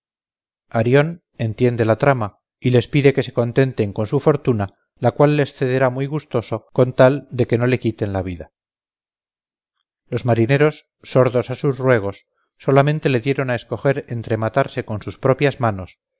arión entiende la trama y les pide que se contenten con su fortuna la cual les cederá muy gustoso con tal de que no le quiten la vida los marineros sordos a sus ruegos solamente le dieron a escoger entre matarse con sus propias manos